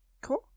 Cool